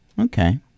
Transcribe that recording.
Okay